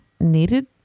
needed